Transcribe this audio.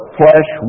flesh